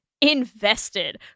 invested